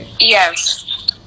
yes